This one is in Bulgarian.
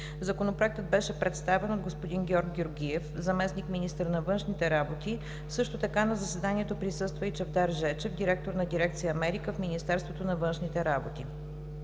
Законопроектът беше представен от господин Георг Георгиев — заместник-министър на външните работи. Също така на заседанието присъства и Чавдар Жечев – директор на дирекция „Америка" в Министерството на външните работи.